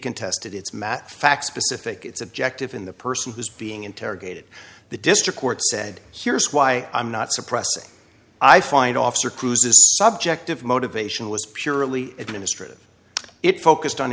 contested it's matt facts specific it's objective in the person who's being interrogated the district court said here's why i'm not suppressing i find officer cruz's subjective motivation was purely administrative it focused on